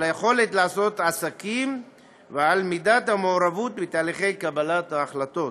על היכולת לעשות עסקים ועל מידת המעורבות בתהליכי קבלת ההחלטות.